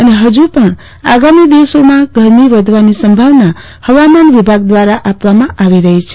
અને હજુ પણ આગામી દિવસોમાં ગરમી વધવાની સંભાવના હવામાન વિભાગ દ્વારા આપવામાં આવી રહી છે